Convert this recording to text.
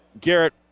Garrett